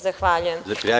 Zahvaljujem.